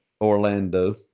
Orlando